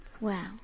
Wow